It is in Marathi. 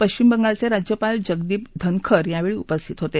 पश्चिम बंगालचे राज्यपाल जगदीप धनखर यावेळी उपस्थित होते